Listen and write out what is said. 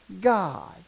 God